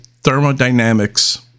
thermodynamics